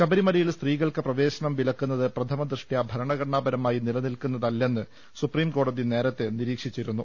ശബരിമലയിൽ സ്ത്രീകൾക്ക് പ്രവേശനം വിലക്കുന്നത് പ്രഥമ ദൃഷ്ടിറ്റ ഭരണഘടനാപരമായി നിലനിൽക്കുന്നതല്ലെന്ന് സുപ്രിം കോടതി നേരത്തെ നിരീക്ഷിച്ചിരുന്നു